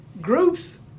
groups